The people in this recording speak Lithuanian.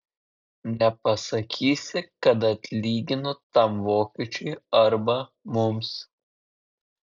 nepasakysi kad atlygino tam vokiečiui arba mums